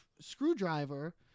screwdriver